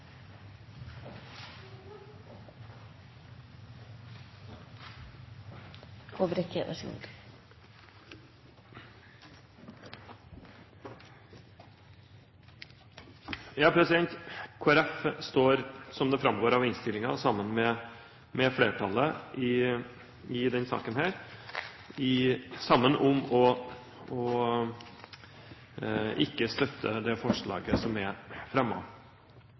står, som det framgår av innstillingen, sammen med flertallet i denne saken – sammen om ikke å støtte forslaget som er